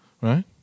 right